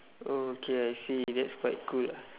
okay I see that's quite cool ah